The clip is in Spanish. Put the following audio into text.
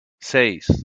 seis